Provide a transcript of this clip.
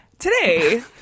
Today